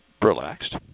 Relaxed